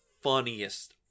funniest